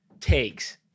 takes